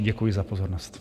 Děkuji za pozornost.